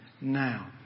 now